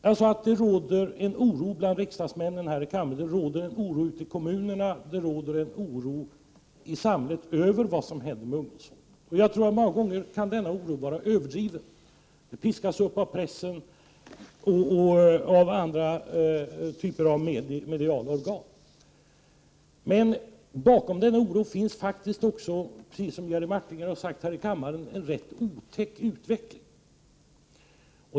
Jag sade att det råder en oro bland riksdagsmännen, ute i kommunerna och i samhället över vad som händer med ungdomsvåldet. Många gånger kan denna oro vara överdriven. Den piskas upp av pressen och andra medier. Men bakom denna oro finns faktiskt, precis som Jerry Martinger här sade, en rätt otäck utveckling.